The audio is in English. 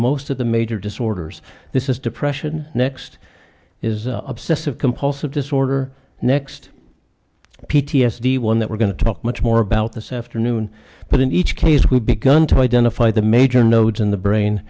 most of the major disorders this is depression next is obsessive compulsive disorder next p t s d one that we're going to talk much more about this afternoon but in each case we've begun to identify the major nodes in the brain